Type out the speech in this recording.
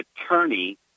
attorney